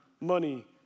money